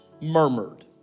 murmured